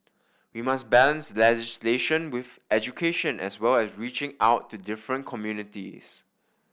we must balance legislation with education as well as reaching out to different communities